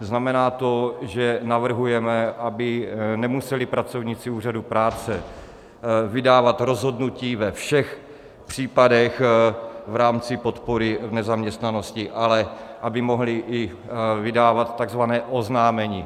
Znamená to, že navrhujeme, aby nemuseli pracovníci úřadů práce vydávat rozhodnutí ve všech případech v rámci podpory v nezaměstnanosti, ale aby mohli vydávat i takzvaná oznámení.